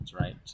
right